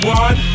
one